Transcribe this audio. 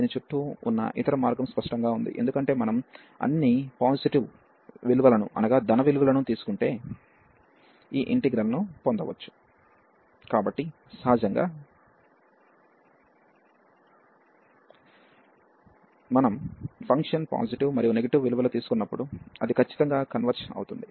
దీని చుట్టూ ఉన్న ఇతర మార్గం స్పష్టంగా ఉంది ఎందుకంటే మనం అన్ని పాజిటివ్ విలువలను తీసుకుంటే ఈ ఇంటిగ్రల్ ను పొందవచ్చు కాబట్టి సహజంగా మనం ఫంక్షన్ పాజిటివ్ మరియు నెగటివ్ విలువలను తీసుకున్నప్పుడు అది ఖచ్చితంగా కన్వర్జ్ అవుతుంది